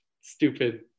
stupid